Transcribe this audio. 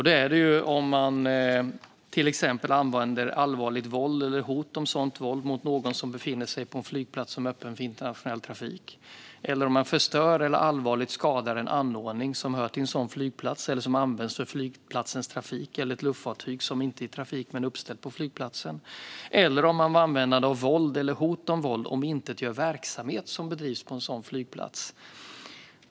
Det är det om man till exempel använder allvarligt våld eller hot om sådant våld mot någon som befinner sig på en flygplats som är öppen för internationell trafik, om man förstör eller allvarligt skadar en anordning som hör till en sådan flygplats eller som används för flygplatsens trafik eller ett luftfartyg som inte är i trafik men uppställt på flygplatsen eller om man med användande av våld eller hot om våld omintetgör verksamhet som bedrivs på en sådan flygplats.